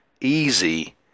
easy